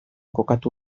kokatu